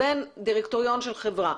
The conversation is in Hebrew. לבין דירקטוריון של חברה.